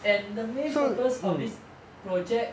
and the main purpose of this project